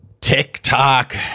TikTok